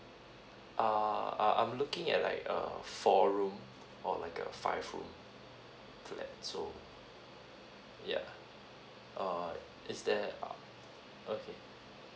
(errr) uh I'm looking at like a four room or like a five room flat so yeah err is there uh okay